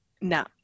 No